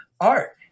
art